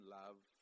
love